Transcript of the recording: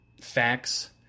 facts